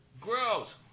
Gross